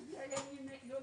אז אין בעיה: